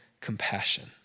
compassion